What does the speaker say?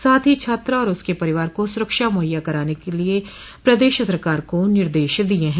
साथ ही छात्रा और उसके परिवार को सुरक्षा मुहैया कराने के प्रदेश सरकार को निर्देश दिये हैं